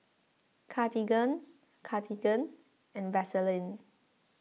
Cartigain Cartigain and Vaselin